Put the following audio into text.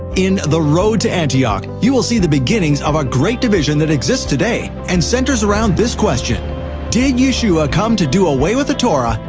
in the road to antioch, you will see the beginnings of a great division that exists today and centers around this question did yeshua come to do away with the torah,